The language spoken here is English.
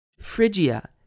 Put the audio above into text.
Phrygia